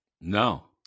No